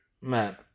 man